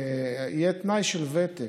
יהיה תנאי של ותק.